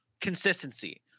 consistency